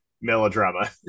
melodrama